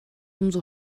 umso